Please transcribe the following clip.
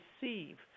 receive